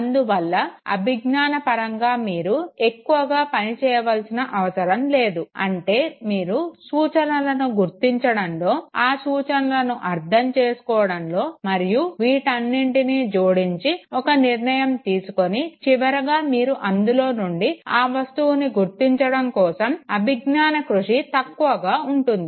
అందువల్ల అభిజ్ఞాన పరంగా మీరు ఎక్కువగా పనిచేయాల్సిన అవసరం లేదు అంటే మీరు సూచనలను గుర్తించడంలో ఆ సూచనలను అర్ధం చేసుకోవడంలో మరియు వీటన్నింటినీ జోడించి ఒక నిర్ణయం తీసుకొని చివరగా మీరు అందులో నుండి ఆ వస్తువుని గుర్తించడం కోసం అభిజ్ఞాన కృషి తక్కువగా ఉంటుంది